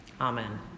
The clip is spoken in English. Amen